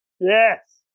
Yes